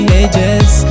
ages